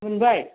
मोनबाय